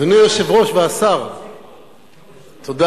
אדוני היושב-ראש והשר, תודה.